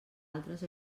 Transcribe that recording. altres